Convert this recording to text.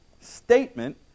statement